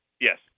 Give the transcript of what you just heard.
Yes